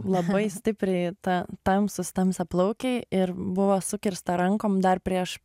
labai stipriai ta tamsūs tamsiaplaukiai ir buvo sukirsta rankom dar prieš